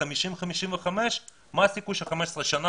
55-50. מה הסיכוי שבן אדם במשך 15 שנים,